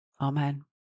Amen